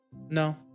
No